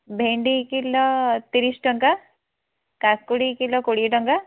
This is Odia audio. ଭେଣ୍ଡି କିଲୋ ତିରିଶ ଟଙ୍କା କାକୁଡ଼ି କିଲୋ କୋଡ଼ିଏ ଟଙ୍କା